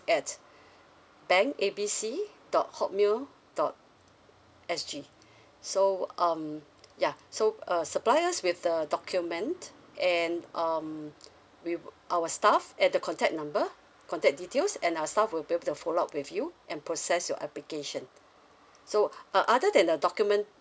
at bank A B C dot hotmail dot S G so um yeah so err supply us with the document and um with uh our staff at the contact number contact details and our staff will build a follow up with you and process your application so uh other than the document